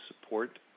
support